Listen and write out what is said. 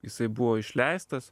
jisai buvo išleistas